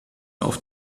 auf